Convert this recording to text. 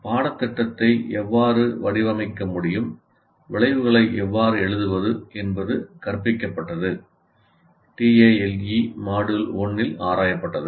பாடத்திட்டத்தை எவ்வாறு வடிவமைக்க முடியும் விளைவுகளை எவ்வாறு எழுதுவது என்பது கற்பிக்கப்பட்டது TALE Module 1 இல் ஆராயப்பட்டது